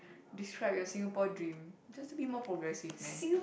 describe your Singapore dream just to be more progressive man